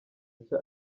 nshya